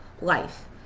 life